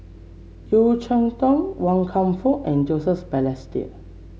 Yeo Cheow Tong Wan Kam Fook and Joseph Balestier